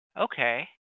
okay